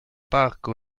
parco